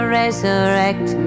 resurrect